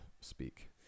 speak